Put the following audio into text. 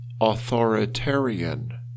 authoritarian